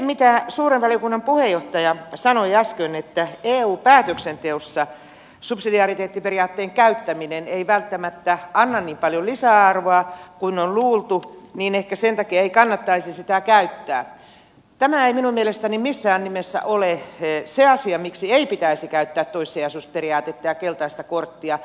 kun suuren valiokunnan puheenjohtaja sanoi äsken että eu päätöksenteossa subsidiariteettiperiaatteen käyttäminen ei välttämättä anna niin paljon lisäarvoa kuin on luultu ja että ehkä sen takia ei kannattaisi sitä käyttää niin tämä ei minun mielestäni missään nimessä ole se asia miksi ei pitäisi käyttää toissijaisuusperiaatetta ja keltaista korttia